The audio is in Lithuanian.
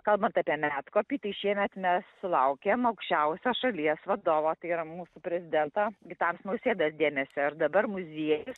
kalbant apie medkopį tai šiemet mes sulaukėm aukščiausio šalies vadovo tai yra mūsų prezidento gitano nausėdos dėmesio ir dabar muziejus